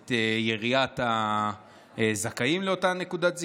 את יריעת הזכאים לאותה נקודת זיכוי,